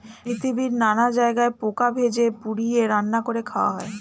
পৃথিবীর নানা জায়গায় পোকা ভেজে, পুড়িয়ে, রান্না করে খাওয়া হয়